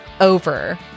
over